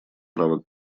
право